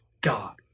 God